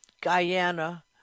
Guyana